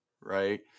right